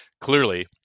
clearly